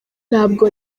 ntabwo